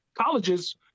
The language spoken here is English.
colleges